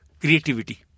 creativity